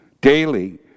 daily